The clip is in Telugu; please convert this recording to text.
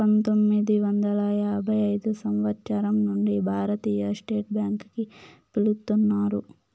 పంతొమ్మిది వందల యాభై ఐదు సంవచ్చరం నుండి భారతీయ స్టేట్ బ్యాంక్ గా పిలుత్తున్నారు